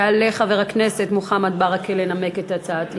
יעלה חבר הכנסת מוחמד ברכה לנמק את הצעת האי-אמון.